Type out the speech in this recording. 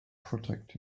protect